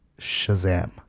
shazam